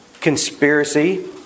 conspiracy